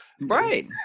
right